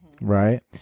right